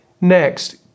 Next